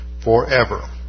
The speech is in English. forever